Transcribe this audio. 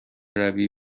روی